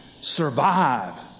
survive